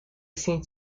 seem